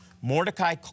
Mordecai